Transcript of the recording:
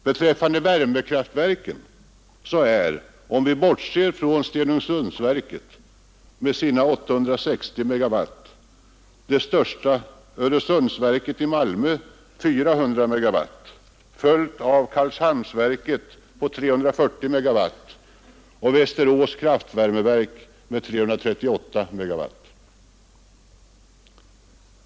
Bland värmekraftverken är — bortsett från Stenungsundsverken med sina 860 MW — Öresundsverket i Malmö det största med 400 MW följt av Karlshamnsverket md 340 MW och Västerås kraftvärmeverk med 338 MW.